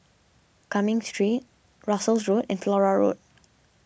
Cumming Street Russels Road and Flora Road